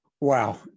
Wow